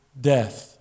death